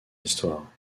histoire